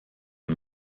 ein